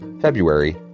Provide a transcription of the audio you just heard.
February